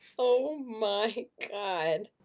oh my god!